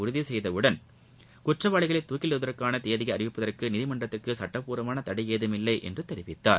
உறுதி செய்தவுடன் குற்றவாளிகளை துக்கிலிடுவதற்கான தேதியை அறிவிப்பதற்கு நீதிமன்றத்திற்கு சட்டப்பூர்வமான தடை ஏதுமில்லை என்றும் தெரிவவித்தார்